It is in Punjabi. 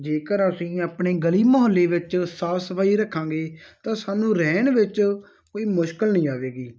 ਜੇਕਰ ਅਸੀਂ ਆਪਣੀ ਗਲੀ ਮੁਹੱਲੇ ਵਿੱਚ ਸਾਫ ਸਫਾਈ ਰੱਖਾਂਗੇ ਤਾਂ ਸਾਨੂੰ ਰਹਿਣ ਵਿੱਚ ਕੋਈ ਮੁਸ਼ਕਿਲ ਨਹੀਂ ਆਵੇਗੀ